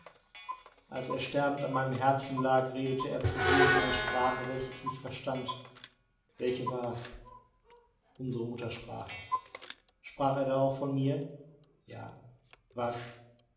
als er sterbend an meinem herzen lag redete er zu dir in einer sprache welche ich nicht verstand welche war es unsere muttersprache sprach er da auch von mir ja was